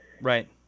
right